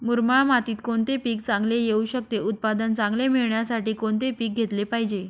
मुरमाड मातीत कोणते पीक चांगले येऊ शकते? उत्पादन चांगले मिळण्यासाठी कोणते पीक घेतले पाहिजे?